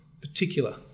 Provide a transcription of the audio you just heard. particular